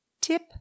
Tip